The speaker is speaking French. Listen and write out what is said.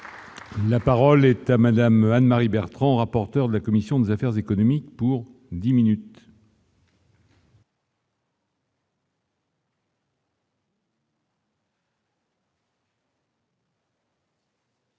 La parole est à madame Anne-Marie Bertrand, rapporteur de la commission des affaires économiques pour 10 minutes.